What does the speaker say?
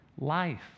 life